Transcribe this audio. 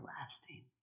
lasting